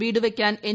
വീട് വയ്ക്കാൻ എൻ